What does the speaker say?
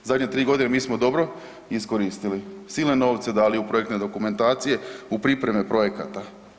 Zadnje tri godine mi smo dobro iskoristili, silne novce dali u projektne dokumentacije u pripreme projekata.